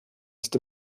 ist